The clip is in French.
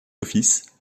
office